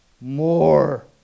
more